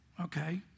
Okay